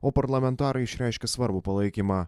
o parlamentarai išreiškė svarbų palaikymą